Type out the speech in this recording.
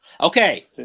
Okay